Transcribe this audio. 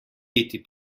biti